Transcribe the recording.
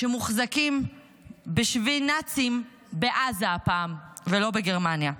שמוחזקים בשבי נאצים, בעזה הפעם, ולא בגרמניה.